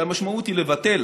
כשהמשמעות היא לבטל,